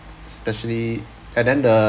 especially and then the